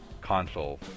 console